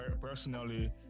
personally